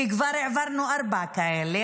כי כבר העברנו ארבעה כאלה,